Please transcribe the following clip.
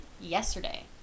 yesterday